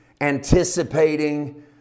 anticipating